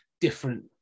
different